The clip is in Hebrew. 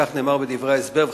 וכך נאמר בדברי ההסבר,